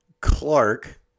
Clark